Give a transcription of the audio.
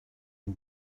can